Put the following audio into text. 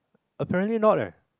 apparently not ah